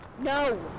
No